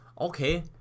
okay